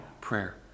prayer